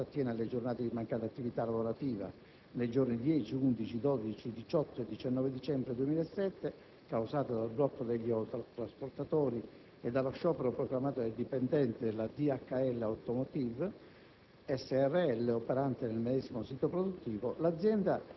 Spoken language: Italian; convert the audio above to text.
che all'esterno del comprensorio industriale. In particolare, per quanto attiene alle giornate di mancata attività lavorativa nei giorni 10, 11, 12, 18 e 19 dicembre 2007 - causate dal blocco degli autotrasportatori e dallo sciopero proclamato dai dipendenti della DHL Automotive